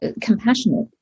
compassionate